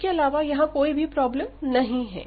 इसके अलावा यहां कोई भी प्रॉब्लम नहीं है